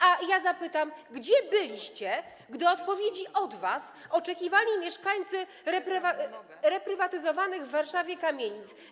A ja zapytam: Gdzie byliście, gdy odpowiedzi od was oczekiwali mieszkańcy reprywatyzowanych w Warszawie kamienic?